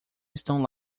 estão